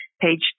page